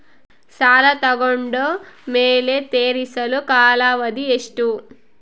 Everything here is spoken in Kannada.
ಸಾಲ ತಗೊಂಡು ಮೇಲೆ ತೇರಿಸಲು ಕಾಲಾವಧಿ ಎಷ್ಟು?